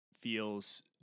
feels